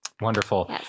wonderful